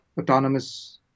autonomous